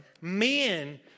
men